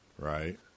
Right